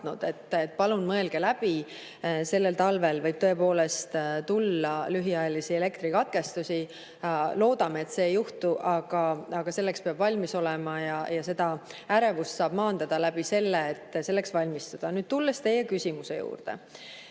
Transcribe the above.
Palun mõelge läbi! Sellel talvel võib tõepoolest tulla lühiajalisi elektrikatkestusi. Loodame, et seda ei juhtu, aga selleks peab valmis olema ja seda ärevust saab maandada sellega, et [katkestusteks] valmistuda. Nüüd tulen teie küsimuse juurde.